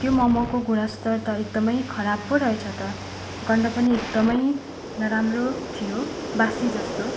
त्यो ममको गुणस्तर त एकदमै खराब पो रहेछ त गन्ध पनि एकदमै नराम्रो थियो बासी जस्तो